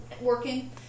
working